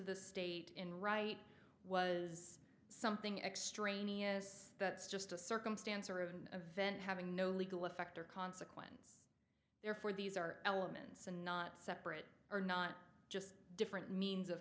the state in right was something extraneous that's just a circumstance or an event having no legal effect or consequence therefore these are elements and not separate or not just different means of